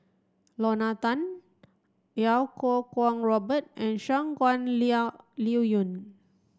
Lorna Tan Iau Kuo Kwong Robert and Shangguan Liuyun